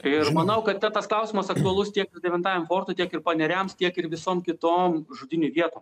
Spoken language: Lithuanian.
ir manau kad ta tas klausimas aktualus tiek devintajam fortui tiek ir paneriams tiek ir visom kitom žudynių vietom